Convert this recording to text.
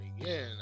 again